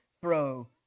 throw